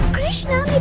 krishna